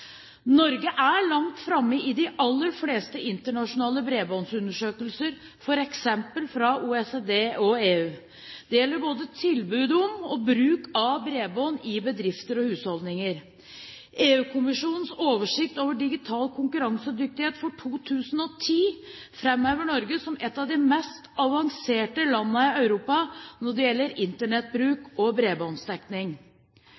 Norge er langt fremme i de aller fleste internasjonale bredbåndsundersøkelser, f.eks. fra OECD og EU. Det gjelder både tilbud om og bruk av bredbånd i bedrifter og husholdninger. EU-kommisjonens oversikt over digital konkurransedyktighet for 2010 framhever Norge som et av de mest avanserte landene i Europa når det gjelder